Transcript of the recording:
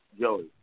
Joey